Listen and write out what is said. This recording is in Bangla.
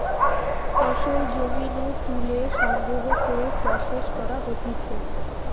ফসল জমি নু তুলে সংগ্রহ করে প্রসেস করা হতিছে